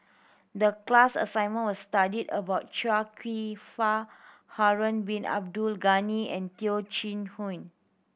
the class assignment was study about Chia Kwek Fah Harun Bin Abdul Ghani and Teo Chee Hean